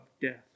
death